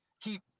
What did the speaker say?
keep